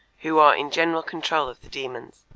who are in general control of the demons.